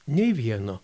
nei vieno